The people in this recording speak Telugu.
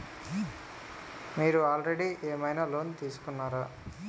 మీరు ఆల్రెడీ ఏమైనా లోన్ తీసుకున్నారా?